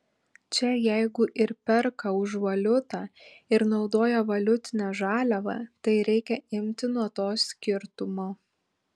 čia jeigu ir perka už valiutą ir naudoja valiutinę žaliavą tai reikia imti nuo to skirtumo